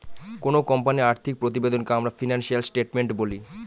কোনো কোম্পানির আর্থিক প্রতিবেদনকে আমরা ফিনান্সিয়াল স্টেটমেন্ট বলি